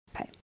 Okay